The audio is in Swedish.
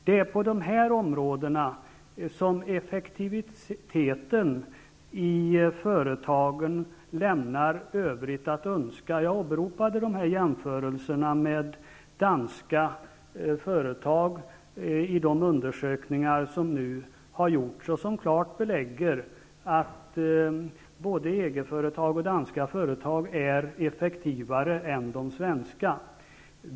Det är på dessa områden som effektiviteten i företagen lämnar övrigt att önska. Jag åberopade jämförelser med danska företag i de undersökningar som nu har gjorts, vilka klart belägger att EG-företag och danska företag är effektivare än svenska företag.